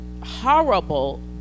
horrible